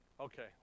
Okay